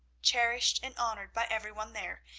cherished and honoured by every one there,